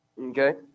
Okay